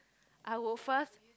I would first